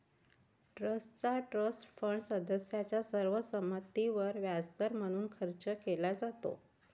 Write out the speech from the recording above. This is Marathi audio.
ट्रस्टचा ट्रस्ट फंड सदस्यांच्या सर्व संमतीवर व्याजदर म्हणून खर्च केला जातो